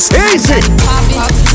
easy